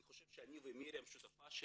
אני חושב שאני ומרים השותפה שלי,